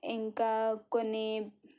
ఇంకా కొన్ని